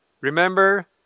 Remember